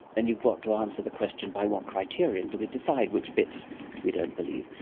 and you've got to answer the question by what criteria and do we decide which bits we don't believe?